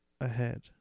Ahead